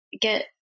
get